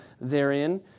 therein